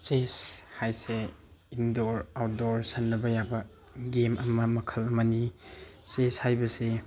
chess ꯍꯥꯏꯁꯦ indoor outdoor ꯁꯥꯟꯅꯕ ꯌꯥꯕ ꯒꯦꯝ ꯑꯃ ꯃꯈꯜ ꯑꯃꯅꯤ ꯆꯦꯁ ꯍꯥꯏꯕꯁꯦ